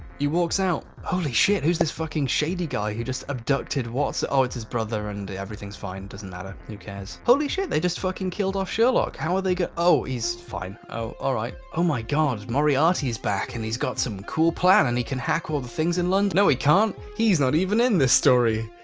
he walks out. holy shit, who's this fucking shady guy? who just abducted wats oh, it's his brother, and everything's fine. doesn't matter, who cares? holy shit, they just fucking killed off sherlock. how are they goin oh? he's fine. oh, all right? oh my god, moriarty is back, and he's got some cool plan and he can hack all the things in london. no he can't! he's not even in this story.